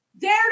Dare